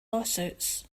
lawsuits